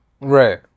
Right